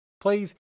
Please